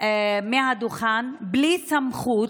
מהדוכן בלי סמכות,